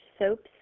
soaps